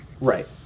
right